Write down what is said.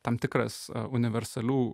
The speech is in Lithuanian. tam tikras universalių